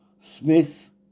Smith